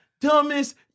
dumbest